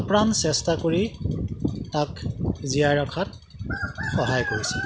আপ্ৰাণ চেষ্টা কৰি তাক জীয়াই ৰখাত সহায় কৰিছে